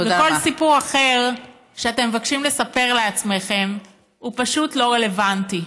וכל סיפור אחר שאתם מבקשים לספר לעצמכם הוא פשוט לא רלוונטי.